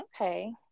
okay